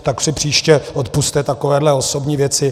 Tak si příště odpusťte takovéhle osobní věci.